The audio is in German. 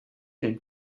den